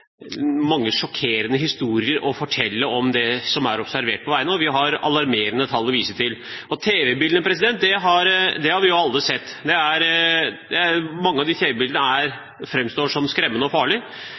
mange sjokkerende historier å fortelle om det som er observert på veiene, og vi har alarmerende tall å vise til. Tv-bildene har vi alle sett. Mange av de tv-bildene framstår som skremmende og farlige. Det